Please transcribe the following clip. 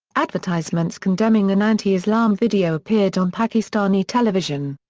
advertisements condemning an anti-islam video appeared on pakistani television.